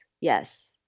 yes